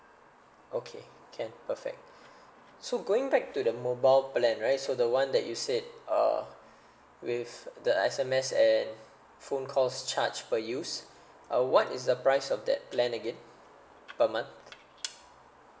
okay can perfect so going back to the mobile plan right so the one that you said uh with the S_M_S and phone calls charge per use uh what is the price of that plan again per month